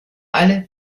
alle